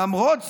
למרות זאת,